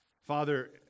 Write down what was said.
Father